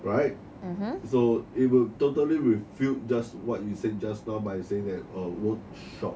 right so it will totally with failed just what you said just now by saying that a work shop